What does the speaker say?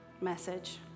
message